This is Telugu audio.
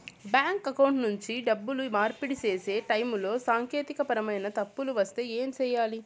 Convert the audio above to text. బ్యాంకు అకౌంట్ నుండి డబ్బులు మార్పిడి సేసే టైములో సాంకేతికపరమైన తప్పులు వస్తే ఏమి సేయాలి